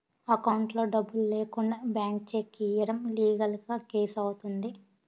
అకౌంట్లో డబ్బులు లేకుండా బ్లాంక్ చెక్ ఇయ్యడం లీగల్ గా కేసు అవుతుంది